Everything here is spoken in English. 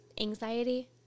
anxiety